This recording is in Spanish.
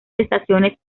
estaciones